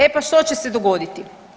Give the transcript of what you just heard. E pa što će se dogoditi?